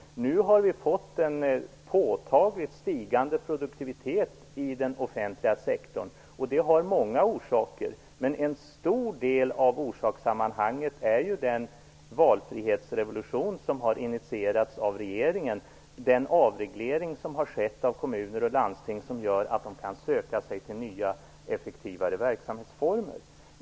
Nu har vi fått en påtagligt stigande produktivitet i den offentliga sektorn, och det har många orsaker. En stor del av orsakssammanhanget är den valfrihetsrevolution som har initierats av regeringen och den avreglering som har skett av kommuner och landsting, som gör att de kan söka sig till nya, effektivare verksamhetsområden.